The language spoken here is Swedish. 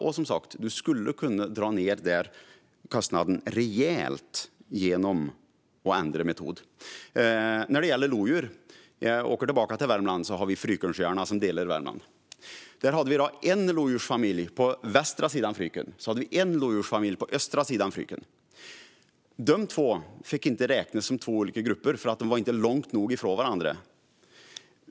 Och kostnaden skulle som sagt kunna dras ned rejält genom att ändra metod. När det gäller lodjur åker jag tillbaka till Värmland, som delas av Frykensjöarna. Vi hade en lodjursfamilj på Frykens västra sida och en annan på den östra. De fick inte räknas som två olika grupper därför att de inte var tillräckligt långt från varandra.